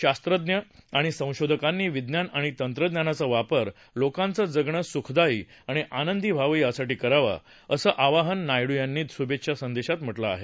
शास्त्रज्ञ आणि संशोधकांनी विज्ञान आणि तंत्रज्ञानाचा वापर लोकांचं जगणं सुखदायी आणि आनंदी व्हावं यासाठी करावा असं आवाहन नायडू यांनी शुभेच्छा संदेशात केलं आहे